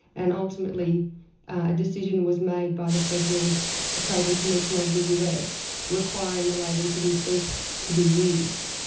and ultimately a decision was made by the federal trading commission of the us requiring the label to be ceased to be used.